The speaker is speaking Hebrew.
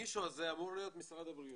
המישהו הזה אמור להיות משרד הבריאות,